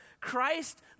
Christ